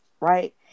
right